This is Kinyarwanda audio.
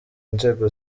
inzego